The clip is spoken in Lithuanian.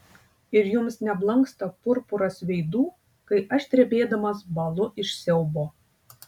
ir jums neblanksta purpuras veidų kai aš drebėdamas bąlu iš siaubo